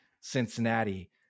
Cincinnati